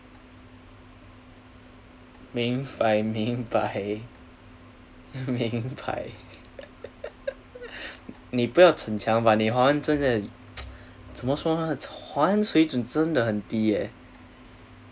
明白明白你不要逞强吧你华文真的怎么说呢华文水准真的很低耶